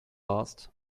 last